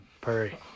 Perry